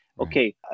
Okay